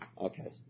Okay